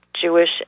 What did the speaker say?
Jewish